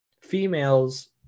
females